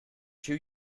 two